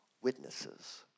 Witnesses